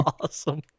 awesome